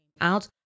out